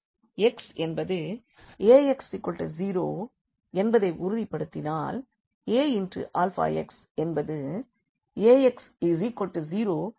x என்பது Ax0 என்பதை உறுதிப்படுத்தினால் A × x என்பது Ax0என்பதையும் உறுதிப்படுத்தும்